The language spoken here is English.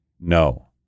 No